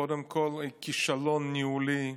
קודם כול, היא כישלון ניהולי,